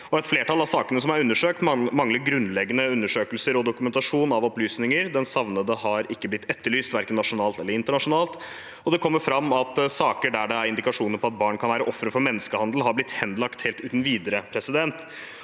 Et flertall av sakene som er undersøkt, mangler grunnleggende undersøkelser og dokumentasjon av opplysninger. Savnede har ikke blitt etterlyst, verken nasjonalt eller internasjonalt, og det kommer fram at saker der det er indikasjoner på at barn kan være ofre for menneskehandel, har blitt henlagt helt uten videre. Mitt